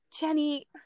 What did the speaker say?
Jenny